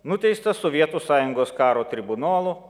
nuteistas sovietų sąjungos karo tribunolu